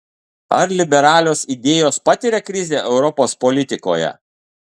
ar liberalios idėjos patiria krizę europos politikoje